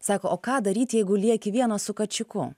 sako o ką daryt jeigu lieki vienas su kačiuku